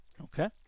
Okay